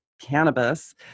cannabis